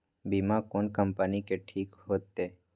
बीमा कोन कम्पनी के ठीक होते?